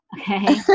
Okay